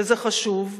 וזה חשוב.